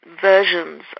versions